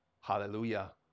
hallelujah